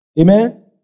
Amen